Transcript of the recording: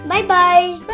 Bye-bye